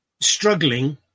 struggling